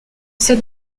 cette